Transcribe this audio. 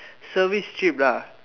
service trip lah